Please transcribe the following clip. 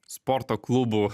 sporto klubų